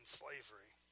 slavery